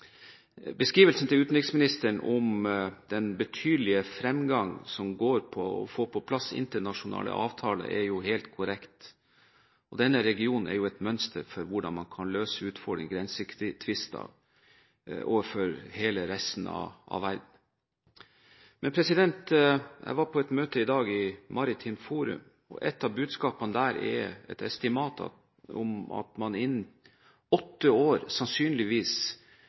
Beskrivelsen til utenriksministeren av den betydelige fremgang for å få plass internasjonale avtaler er helt korrekt, og denne regionen er jo et mønster for hele resten av verden på hvordan man kan løse utfordrende grensetvister. Jeg var på et møte i dag i Maritimt Forum. Et av budskapene der er et estimat om at man innen åtte år sannsynligvis